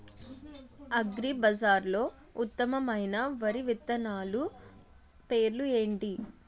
అగ్రిబజార్లో ఉత్తమమైన వరి విత్తనాలు పేర్లు ఏంటి?